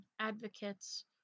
advocates